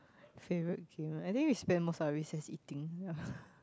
favourite I think we spend most of our recess eating ya